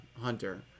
Hunter